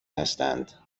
هستند